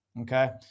okay